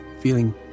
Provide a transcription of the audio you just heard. feeling